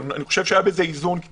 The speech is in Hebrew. אני חושב שהיה בזה איזון.